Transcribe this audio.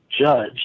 judge